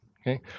okay